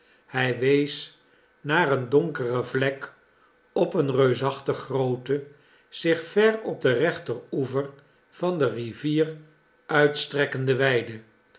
hij wees naar een donkere vlek op een reusachtig groote zich ver op den rechter oever van de rivier uitstrekkende weide